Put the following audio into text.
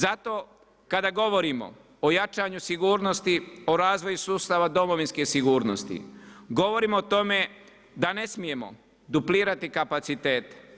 Zato kada govorimo o jačanju sigurnosti, o razvoju sustava domovinske sigurnosti govorimo o tome da ne smijemo duplirati kapacitete.